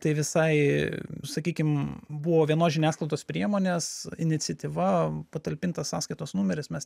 tai visai sakykim buvo vienos žiniasklaidos priemonės iniciatyva patalpintas sąskaitos numeris mes